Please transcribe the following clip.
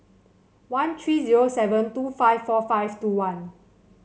one three zero seven two five four five two one